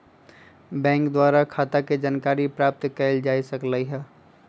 bank द्वारा खता के जानकारी प्राप्त कएल जा सकइ छइ